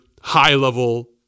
high-level